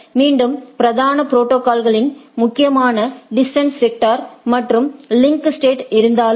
மீண்டும் பிரதான ப்ரோடோகாளில் முக்கியமாக டிஸ்டன்ஸ் வெக்டர் மற்றும் லிங்க் ஸ்டேட் இருந்தாலும்